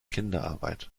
kinderarbeit